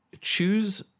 choose